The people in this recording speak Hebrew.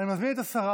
אני מזמין את השרה